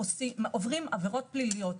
עוברים עבירות פליליות.